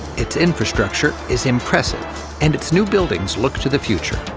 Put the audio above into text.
its infrastructure is impressive and its new buildings look to the future.